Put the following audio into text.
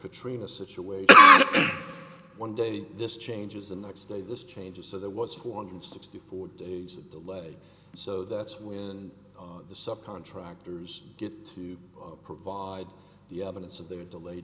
katrina situation one day this changes the next day this changes so there was four hundred sixty four days of delay so that's when the sub contractors get to provide the evidence of their delayed